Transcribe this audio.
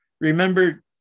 Remember